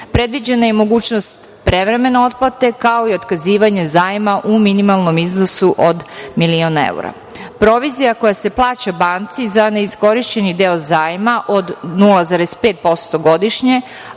dugom. Predviđena je i mogućnost prevremene otplate kamate, kao i otkazivanje zajma u minimalnom iznosu od milion evra. provizija koja se plaća banci za neiskorišćeni deo zajma od 0, 5% godišnje,